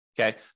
Okay